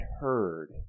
heard